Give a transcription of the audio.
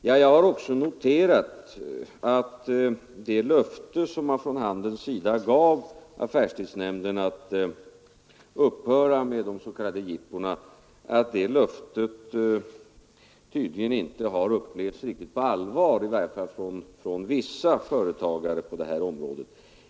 Herr talman! Också jag har noterat att det löfte som man från handelns sida gav affärstidsnämnden att upphöra med de s.k. jippona tydligen inte har tagits riktigt på allvar av åtminstone vissa företagare på området.